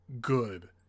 good